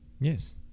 Yes